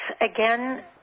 again